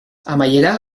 amaiera